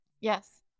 Yes